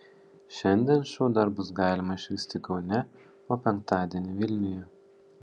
šiandien šou dar bus galima išvysti kaune o penktadienį vilniuje